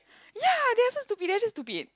ya that's so stupid that's so stupid